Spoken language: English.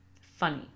funny